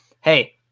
hey